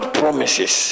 promises